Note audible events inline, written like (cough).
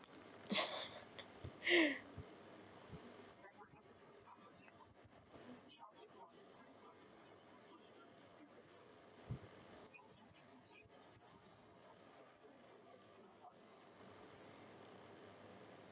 (laughs)